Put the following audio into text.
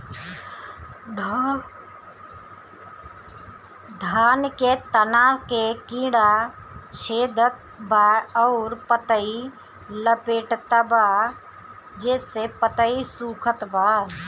धान के तना के कीड़ा छेदत बा अउर पतई लपेटतबा जेसे पतई सूखत बा?